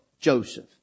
Joseph